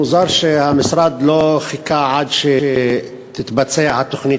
מוזר שהמשרד לא חיכה עד שתתבצע התוכנית